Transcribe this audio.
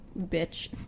bitch